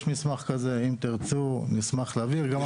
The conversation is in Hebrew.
יש לנו מסמך כזה, אם תרצו נשמח להעביר אותו.